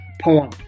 poem